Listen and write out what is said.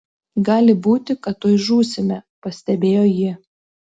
gali būti kad tuoj žūsime pastebėjo ji